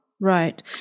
Right